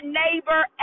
neighbor